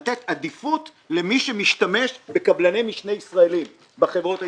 לתת עדיפות למי שמשתמש בקבלני משנה ישראלים בחברות הישראליות.